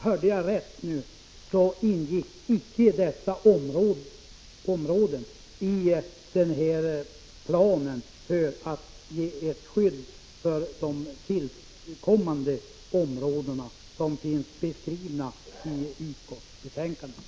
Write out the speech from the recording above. Hörde jag rätt nu ingick inte dessa områden i den plan för att ge skydd för tillkommande områden som finns beskriven i utskottsbetänkandet.